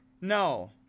no